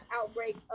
outbreak